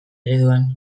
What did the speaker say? ereduan